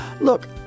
Look